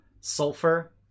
sulfur